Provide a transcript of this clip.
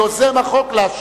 כיוזם החוק, להשיב.